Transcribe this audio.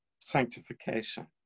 sanctification